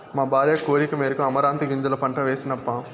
మా భార్య కోరికమేరకు అమరాంతీ గింజల పంట వేస్తినప్పా